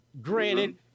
Granted